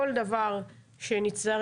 כל דבר שנצטרך,